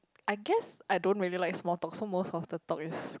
I guess I don't really like small talk so most of the talk is